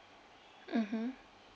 mmhmm